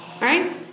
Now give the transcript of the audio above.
right